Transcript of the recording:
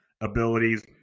abilities